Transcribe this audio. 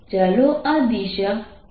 ચાલો આ દિશા k છે